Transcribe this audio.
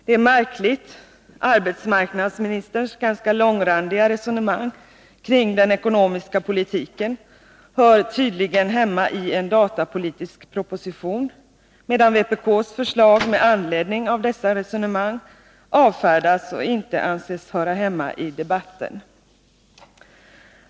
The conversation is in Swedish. Det är märkligt att arbetsmarknadsministerns ganska långrandiga resonemang om den ekonomiska politiken tydligen hör hemma i en datapolitisk proposition, medan vpk:s förslag med anledning av dessa resonemang avfärdas som inte hörande hemma i debatten.